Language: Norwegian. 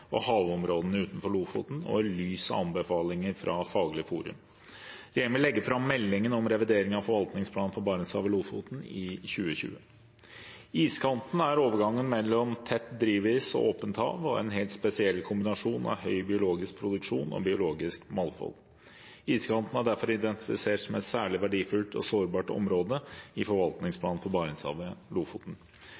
og havområdene utenfor Lofoten, og i lys av anbefalinger fra Faglig forum. Regjeringen vil legge fram meldingen om revidering av forvaltningsplanen for Barentshavet og Lofoten i 2020. Iskanten er overgangen mellom tett drivis og åpent hav og er en helt spesiell kombinasjon av høy biologisk produksjon og biologisk mangfold. Iskanten er derfor identifisert som et særlig verdifullt og sårbart område i